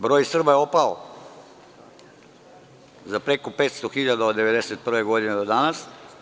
Broj Srba je opao za preko 500.000 od 1991. godine do danas.